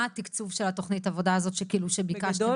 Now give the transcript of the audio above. מה תקצוב תוכנית העבודה שביקשתם?